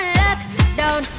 lockdown